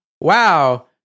Wow